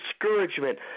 discouragement